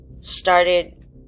started